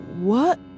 What